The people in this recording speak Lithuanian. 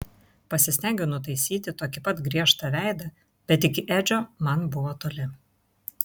pasistengiau nutaisyti tokį pat griežtą veidą bet iki edžio man buvo toli